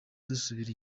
dusubira